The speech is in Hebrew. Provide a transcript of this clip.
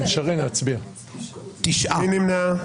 מי נמנע?